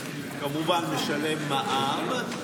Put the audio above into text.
כמובן משלם מע"מ.